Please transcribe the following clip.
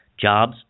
jobs